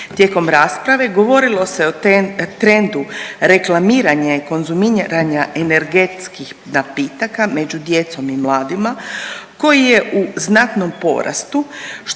Tijekom rasprave govorilo se o trendu reklamiranja i konzumiranja energetskih napitaka među djecom i mladima koji je u znatnom porastu što